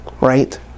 right